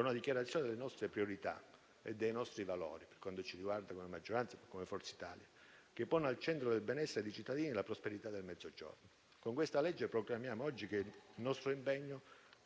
una dichiarazione delle nostre priorità e dei nostri valori, per quanto riguarda la maggioranza e Forza Italia, che pone al centro del benessere dei cittadini la prosperità del Mezzogiorno. Con questa legge proclamiamo oggi il nostro impegno